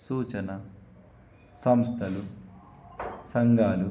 సూచన సంస్థలు సంఘాలు